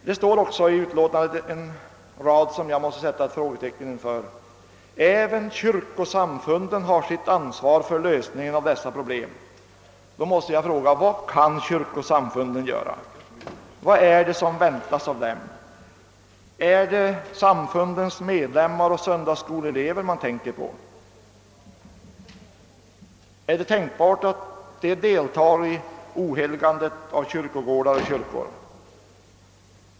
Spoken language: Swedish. I första lagutskottets utlåtande står en rad som jag måste sätta ett frågetecken för: »Även kyrkosamfunden har sitt ansvar för dessa problem.» Då måste jag fråga: Vad kan kyrkosamfunden göra? Vad är det som väntas av dem? är det samfundens medlemmar och söndagsskoleelever man tänker på? Är det tänkbart att dessa deltar i ohelgandet av kyrkogårdar och kyrkor?